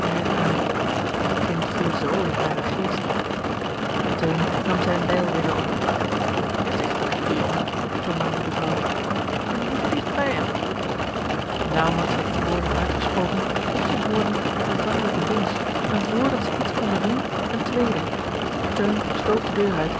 aan dat kind viel zoo in haren geest george een ongeluksvogel teun nam zijne bijl weder op voorzigtig lieve jongen vermaande de vrouw kom niet te digt bij hem naauw had zij die woorden uitgesproken of zij hoorden een vervaarlijken bons en vr dat zij iets konden doen een tweeden teun stoof de deur uit